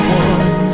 one